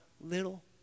little